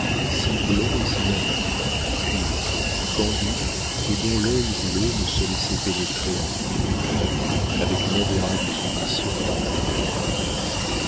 si blond et si naïf pur candide et dont l'œil bleu se laissait pénétrer à fond de cœur avec une adorable soumission par mon regard